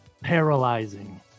paralyzing